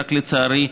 רק לצערי,